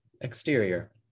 exterior